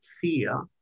fear